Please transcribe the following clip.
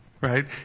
right